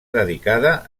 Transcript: dedicada